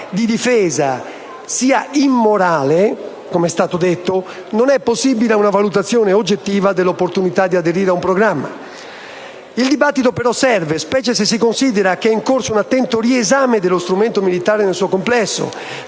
di difesa sia immorale, come è stato detto, non è possibile una valutazione oggettiva della opportunità di aderire a un programma. Il dibattito però serve, specie se considera che è in corso un attento riesame dello strumento militare nel suo complesso,